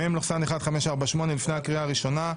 מ/1548 לפני הקריאה הראשונה.